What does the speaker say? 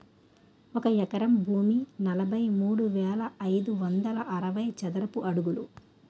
ఒక ఎకరం భూమి నలభై మూడు వేల ఐదు వందల అరవై చదరపు అడుగులు